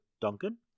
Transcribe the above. Duncan